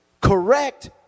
correct